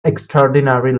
extraordinary